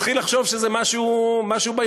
אני מתחיל לחשוב שזה משהו ביחסים.